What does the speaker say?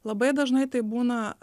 labai dažnai tai būna